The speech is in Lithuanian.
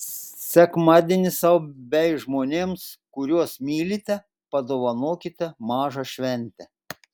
sekmadienį sau bei žmonėms kuriuos mylite padovanokite mažą šventę